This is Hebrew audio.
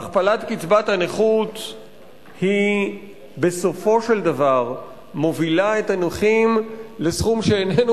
הכפלת קצבת הנכות בסופו של דבר מובילה את הנכים לסכום שאיננו